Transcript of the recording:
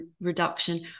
reduction